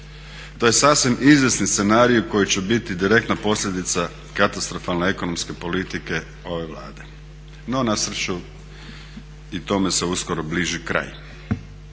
To je sasvim izvjesni scenarij koji će biti direktna posljedica katastrofalne ekonomske politike ove Vlade. No na sreću i tome se uskoro bliži kraj.